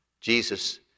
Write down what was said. Jesus